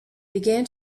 began